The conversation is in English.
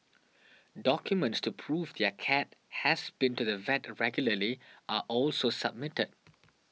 documents to prove their cat has been to the vet regularly are also submitted